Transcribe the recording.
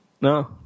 No